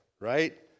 right